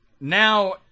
Now